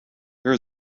there